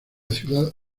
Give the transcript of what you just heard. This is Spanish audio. ciudad